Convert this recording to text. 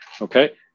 Okay